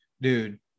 Dude